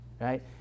right